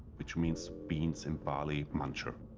which means beans and barley muncher.